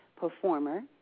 performer